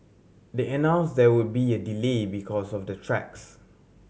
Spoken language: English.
they announced there would be a delay because of the tracks